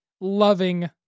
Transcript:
loving